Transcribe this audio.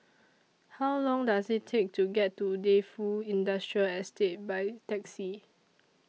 How Long Does IT Take to get to Defu Industrial Estate By Taxi